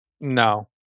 No